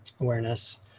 awareness